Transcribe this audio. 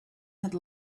had